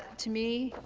to me,